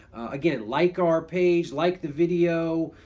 again like our page, like the video,